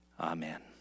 Amen